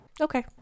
Okay